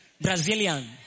Brazilian